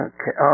Okay